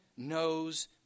Knows